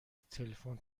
تلفن